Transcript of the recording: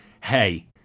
Hey